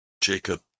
Jacob